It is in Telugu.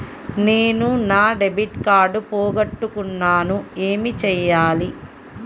నేను నా డెబిట్ కార్డ్ పోగొట్టుకున్నాను ఏమి చేయాలి?